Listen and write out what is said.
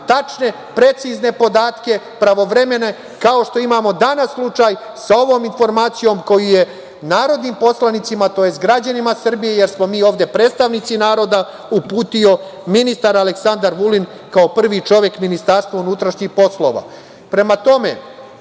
tačne, precizne podatke, pravovremene, kao što imamo danas slučaj sa ovom informacijom koju je narodnim poslanicima, tj. građanima Srbije, jer smo mi ovde predstavnici naroda, uputio ministar Aleksandar Vulin, kao prvi čovek Ministarstva unutrašnjih poslova. Prema tome,